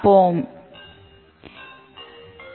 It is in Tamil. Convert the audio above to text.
ஐட்ரேடிவ் வட்டர் ஃபால் மாடல் நல்ல முறையில் முடிக்கப்பட்டன